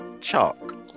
chalk